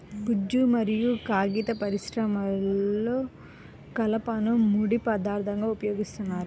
గుజ్జు మరియు కాగిత పరిశ్రమలో కలపను ముడి పదార్థంగా ఉపయోగిస్తున్నారు